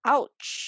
Ouch